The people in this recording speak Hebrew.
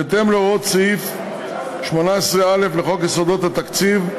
בהתאם להוראות סעיף 18(א) לחוק יסודות התקציב,